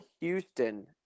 houston